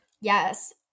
Yes